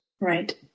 Right